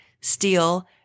steel